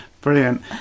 Brilliant